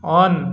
on